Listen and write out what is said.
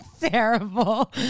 Terrible